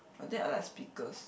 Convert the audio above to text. I think I like speakers